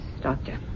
Doctor